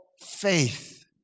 faith